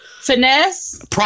Finesse